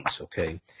okay